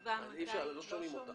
שתקבע מתי --- לא שומעים אותך.